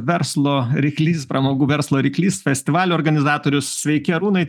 verslo ryklys pramogų verslo ryklys festivalio organizatorius sveiki arūnai